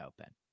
open